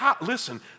listen